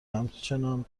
همچنان